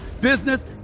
business